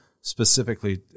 specifically